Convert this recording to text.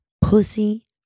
pussy